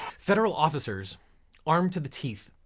federal officers armed to the teeth,